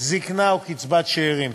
זיקנה או קצבת שאירים.